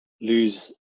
lose